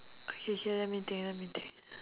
okay K let me think let me think